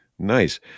Nice